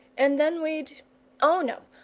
and then we'd oh, no!